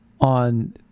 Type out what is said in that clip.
on